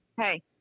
hey